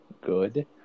Good